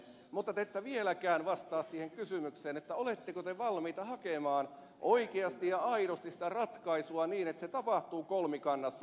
mutta te ette vieläkään vastaa siihen kysymykseen oletteko te valmiita hakemaan oikeasti ja aidosti sitä ratkaisua niin että se tapahtuu kolmikannassa